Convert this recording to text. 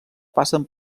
passen